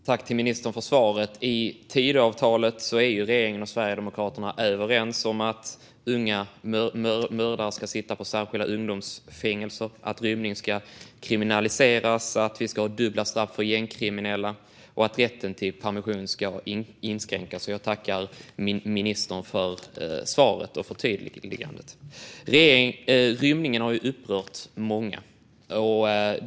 Herr talman! Tack för svaret, ministern! I Tidöavtalet är regeringen och Sverigedemokraterna överens om att unga mördare ska sitta på särskilda ungdomsfängelser, att rymning ska kriminaliseras, att det ska vara dubbla straff för gängkriminella och att rätten till permission ska inskränkas. Jag tackar ministern för svaret och förtydligandet. Rymningen har upprört många.